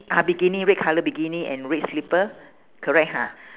ah bikini red colour bikini and red slipper correct ha